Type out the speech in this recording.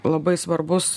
labai svarbus